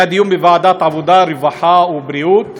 היה דיון בוועדת העבודה, הרווחה והבריאות,